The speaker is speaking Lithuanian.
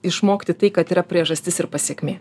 išmokti tai kad yra priežastis ir pasekmė